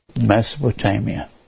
Mesopotamia